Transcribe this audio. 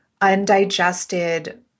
undigested